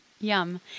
Yum